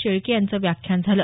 शेळके यांचं व्याख्यान झालं